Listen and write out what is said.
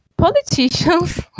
politicians